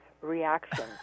reaction